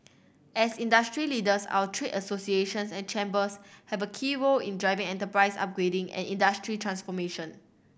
as industry leaders our trade associations and chambers have a key role in driving enterprise upgrading and industry transformation